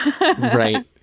right